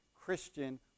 Christian